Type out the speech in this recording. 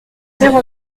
zéro